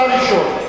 אתה ראשון.